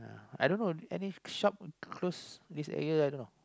I don't know any shop close this area right now